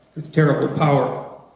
with terrible power?